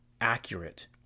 accurate